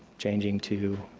changing to